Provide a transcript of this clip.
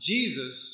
Jesus